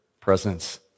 presence